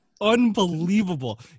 unbelievable